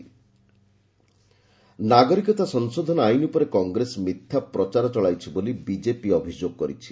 BJP Congress ନାଗରିକତା ସଂଶୋଧନ ଆଇନ ଉପରେ କଂଗ୍ରେସ ମିଥ୍ୟା ପ୍ରଚାର ଚଳାଇଛି ବୋଲି ବିଜେପି ଅଭିଯୋଗ କରିଛି